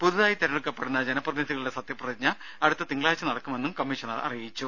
പുതുതായി തിരഞ്ഞെടുക്കപ്പെടുന്ന ജനപ്രതിനിധികളുടെ സത്യപ്രതിജ്ഞ അടുത്ത തിങ്കളാഴ്ച നടക്കുമെന്നും കമ്മീഷണർ അറിയിച്ചു